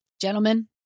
Gentlemen